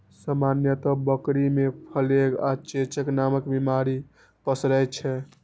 सामान्यतः बकरी मे प्लेग आ चेचक नामक बीमारी पसरै छै